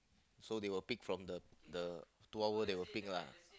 so they will pick from the the two hour they will pick lah